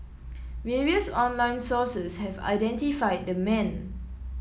various online sources have identified the man